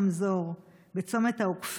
חצוף.